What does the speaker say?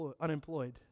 unemployed